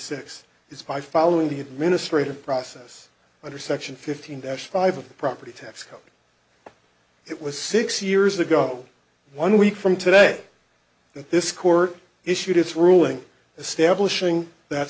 six is by following the administrative process under section fifteen that's five of the property tax code it was six years ago one week from today that this court issued its ruling establishing that